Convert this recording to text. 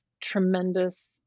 tremendous